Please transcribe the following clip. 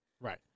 Right